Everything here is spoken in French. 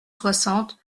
soixante